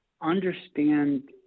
understand